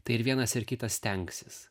tai ir vienas ir kitas stengsis